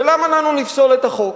ולמה לנו לפסול את החוק?